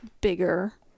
bigger